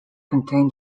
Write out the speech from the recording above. contain